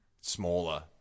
smaller